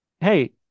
Hey